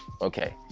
Okay